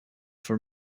for